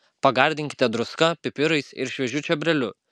pagardinkite druska pipirais ir šviežiu čiobreliu